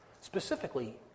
Specifically